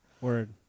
Word